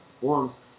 forms